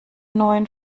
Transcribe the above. neuen